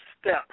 step